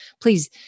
Please